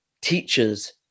teachers